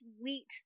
sweet